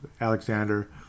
Alexander